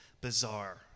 bizarre